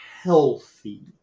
healthy